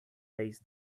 days